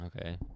Okay